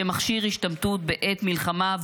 שמכשיר השתמטות בעת מלחמה,